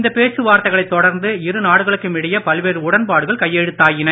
இந்த பேச்சு வார்த்தைகளைத் தொடர்ந்து இரு நாடுகளுக்கும் இடையே பல்வேறு உடன்பாடுகள் கையெழுத்தாயின